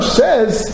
says